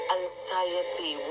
anxiety